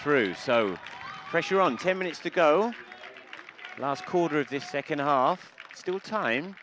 through so pressure on ten minutes to go last quarter of the second half still time